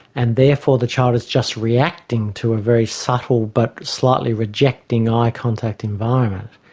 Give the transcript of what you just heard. and therefore the child is just reacting to a very subtle but slightly rejecting eye contact environment.